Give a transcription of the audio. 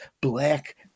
black